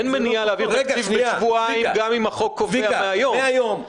אין מניעה להעביר תקציב בשבועיים גם אם החוק קובע 100 יום.